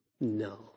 No